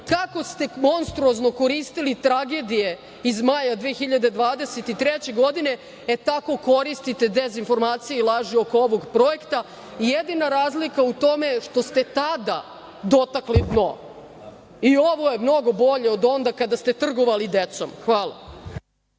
ste monstruozno koristili tragedije iz maja 2023. godine, e tako koristite dezinformacije i laži oko ovog projekta. Jedina razlika u tome je što ste tada dotakli dno i ovo je mnogo bolje od onda kada ste trgovali decom. Hvala.